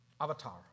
Avatar